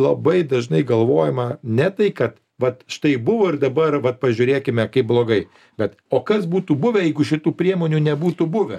labai dažnai galvojama ne tai kad vat štai buvo ir dabar vat pažiūrėkime kaip blogai bet o kas būtų buvę jeigu šitų priemonių nebūtų buvę